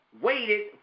waited